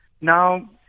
Now